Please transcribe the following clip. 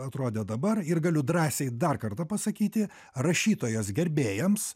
atrodė dabar ir galiu drąsiai dar kartą pasakyti rašytojos gerbėjams